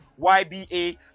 YBA